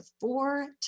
four